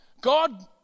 God